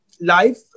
life